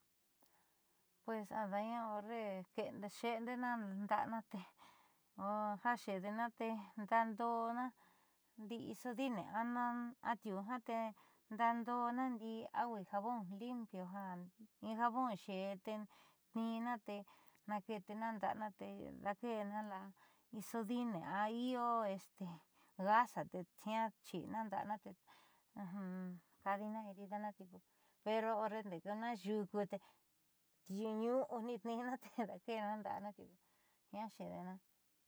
Pues ada'aña horre xe'ende'ena nda'ana te jaaxe'edena te ndaadoona ndii isodine atiuu jiaa tee ndaadoona ndii agua y jabón limpio ja in ja xeé te tniinna te naake'etena nda'ana te daake'ena la'a isodine a io gasa te jiaa chiina nda'ana te ka'adina heridana tiuku pero horre nde'ekuna yuku ñuu ni tniinna te daake'ena nda'ana tiuku.